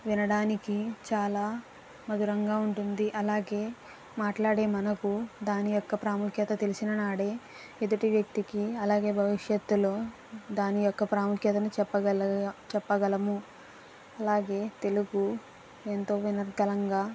వినడానికి చాలా మధురంగా ఉంటుంది అలాగే మాట్లాడే మనకు దాని యొక్క ప్రాముఖ్యత తెలిసిన నాడే ఎదుటి వ్యక్తికి అలాగే భవిష్యత్తులో దాని యొక్క ప్రాముఖ్యతను చెప్పగల చెప్పగలము అలాగే తెలుగు ఎంతో వినర్గళంగా